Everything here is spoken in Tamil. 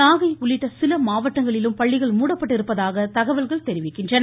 நாகை உள்ளிட்ட சில மாவட்டங்களிலும் பள்ளிகள் மூடப்பட்டிருப்பதாக தகவல்கள் தெரிவிக்கின்றன